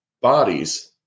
bodies